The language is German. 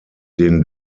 den